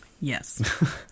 Yes